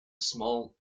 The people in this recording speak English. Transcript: small